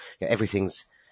everything's